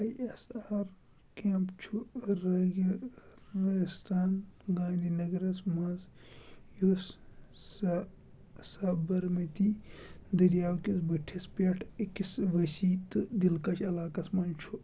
I S R camp چھُ رٲجِستان گاندھی نگرَس منٛز، یُس سہ سابرمٕتی دٔریاوٕ کِس بٔٹھِس پیٚٹھ أکِس ؤسیع تہٕ دِلکش علاقَس منٛز چھُ